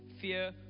fear